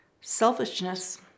Selfishness